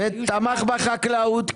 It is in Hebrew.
ותמך בחקלאות.